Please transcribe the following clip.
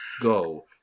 go